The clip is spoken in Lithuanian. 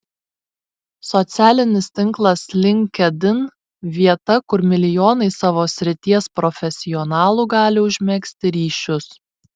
socialinis tinklas linkedin vieta kur milijonai savo srities profesionalų gali užmegzti ryšius